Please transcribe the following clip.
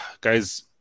guys